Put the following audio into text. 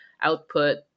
output